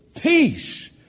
Peace